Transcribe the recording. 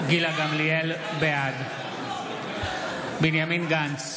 גמליאל, בעד בנימין גנץ,